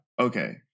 Okay